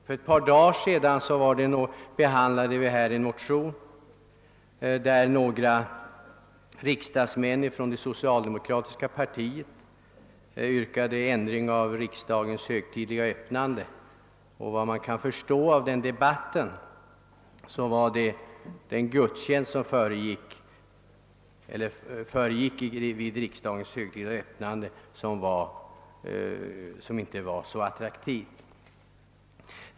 För ett par dagar sedan behandlade vi här i riksdagen en motion från socialdemokratiska riksdagsmän som yrkade på ändring av formerna vid riksdagens högtidliga öppnande. Av den debatten kunde man förstå att det var den gudstjänst som föregick riksdagens högtidliga öppnande som inte var så attraktiv.